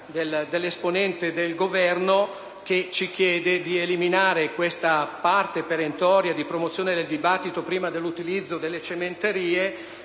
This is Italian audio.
Grazie